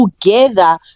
together